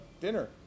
dinner